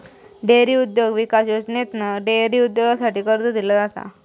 dairy उद्योग विकास योजनेतना डेअरी उद्योगासाठी कर्ज दिला जाता